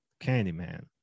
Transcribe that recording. Candyman